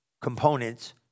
components